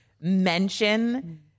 mention